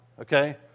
okay